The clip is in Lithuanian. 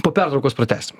po pertraukos pratęsim